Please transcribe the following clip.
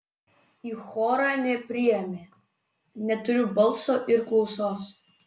į chorą nepriėmė neturiu balso ir klausos